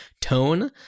tone